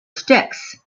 sticks